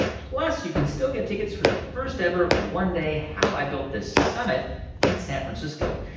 plus, you can still get tickets for the first ever one-day how i built this summit in san francisco.